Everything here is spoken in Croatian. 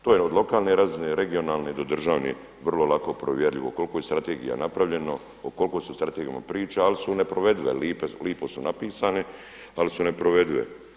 To je od lokalne razine, regionalne do države vrlo lako provjerljivo koliko je strategija napravljeno, koliko se o strategijama priča ali su neprovedive, lipo su napisane ali su neprovedive.